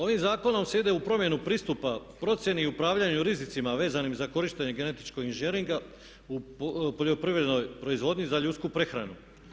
Ovim zakonom se ide u promjenu pristupa procjeni i upravljanju rizicima vezanim za korištenje genetičkog inženjeringa u poljoprivrednoj proizvodnji za ljudsku prehranu.